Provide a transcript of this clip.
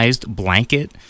blanket